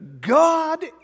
God